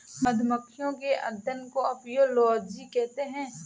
मधुमक्खियों के अध्ययन को अपियोलोजी कहते हैं